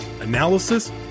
analysis